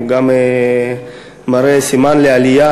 כי הוא גם מראה סימן לעלייה,